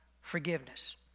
forgiveness